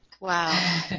Wow